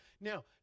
Now